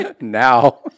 Now